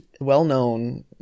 Well-known